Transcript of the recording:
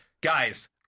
guys